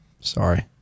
Sorry